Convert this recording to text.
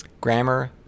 grammar